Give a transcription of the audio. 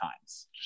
times